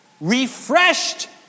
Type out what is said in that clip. refreshed